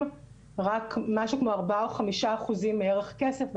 רק משהו כמו ארבעה או חמישה אחוזים מערך הכסף.